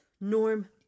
Norm